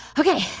ok.